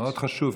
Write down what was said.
מאוד חשוב,